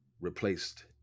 replaced